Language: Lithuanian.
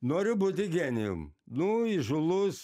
noriu būti genijum nu įžūlus